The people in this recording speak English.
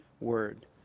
word